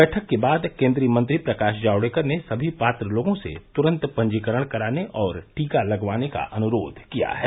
बैठक के बाद केंद्रीय मंत्री प्रकाश जावड़ेकर ने समी पात्र लोगों से तुरंत पंजीकरण कराने और टीका लगवाने का अनुरोध किया है